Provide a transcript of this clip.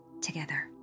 together